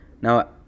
Now